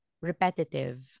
repetitive